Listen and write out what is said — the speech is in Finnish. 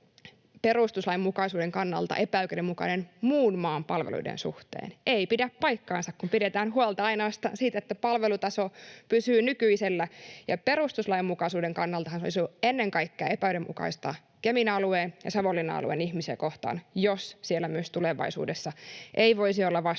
perustuslainmukaisuuden kannalta epäoikeudenmukainen muun maan palveluiden suhteen. Ei pidä paikkaansa, kun pidetään huolta ainoastaan siitä, että palvelutaso pysyy nykyisellään, ja perustuslainmukaisuuden kannaltahan se olisi ollut ennen kaikkea epäyhdenmukaista Kemin alueen ja Savonlinnan alueen ihmisiä kohtaan, jos siellä myös tulevaisuudessa ei voisi olla vastaavanlainen